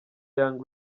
young